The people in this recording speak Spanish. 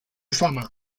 fama